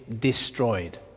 destroyed